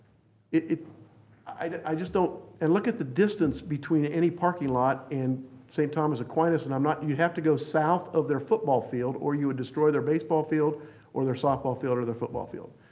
i just don't and look at the distance between any parking lot and st. thomas aquinas and i'm not you'd have to go south of their football field or you would destroy their baseball field or their softball field or their football field.